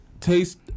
taste